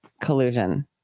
collusion